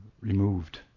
removed